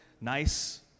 nice